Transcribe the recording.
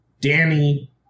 Danny